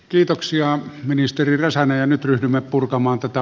kiitoksia ministerille saanee nyt ryhdymme purkamaan tätä